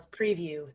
preview